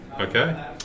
Okay